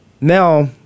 Now